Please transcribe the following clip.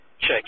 check